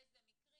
באיזה מקרים,